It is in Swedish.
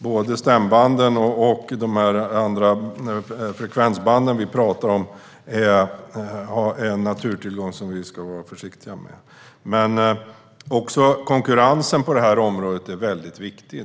Både stämbanden och de frekvensband vi talar om är en naturtillgång som vi ska vara försiktiga med. Konkurrensen på detta område är väldigt viktig.